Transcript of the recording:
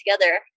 together